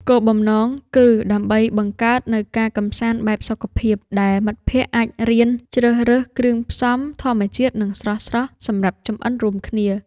គោលបំណងគឺ ដើម្បីបង្កើតនូវការកម្សាន្តបែបសុខភាព ដែលមិត្តភក្តិអាចរៀនជ្រើសរើសគ្រឿងផ្សំធម្មជាតិ និងស្រស់ៗសម្រាប់ចម្អិនរួមគ្នា។